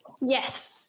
yes